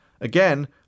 Again